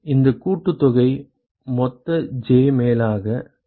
இந்த கூட்டுத்தொகை மொத்த j மேலாக சரியா